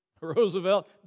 Roosevelt